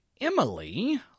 Emily